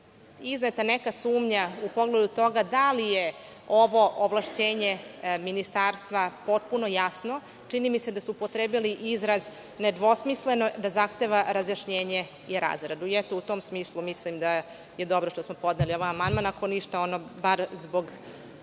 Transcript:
izneta neka sumnja u pogledu toga da li je ovo ovlašćenje Ministarstva potpuno jasno. Čini mi se da su upotrebili izraz – nedvosmisleno zahteva razjašnjenje i razradu. U tom smislu mislim da je dobro što smo podneli ovaj amandman. Ako ništa, onda bar zbog